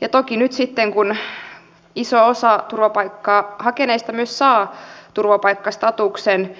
ja toki nyt sitten kun iso osa turvapaikkaa hakeneista myös saa turvapaikkastatuksen